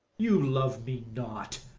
you love me not,